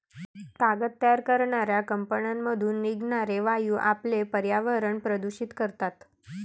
कागद तयार करणाऱ्या कंपन्यांमधून निघणारे वायू आपले पर्यावरण प्रदूषित करतात